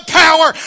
power